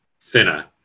thinner